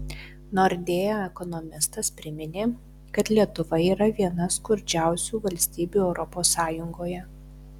nordea ekonomistas priminė kad lietuva yra viena skurdžiausių valstybių europos sąjungoje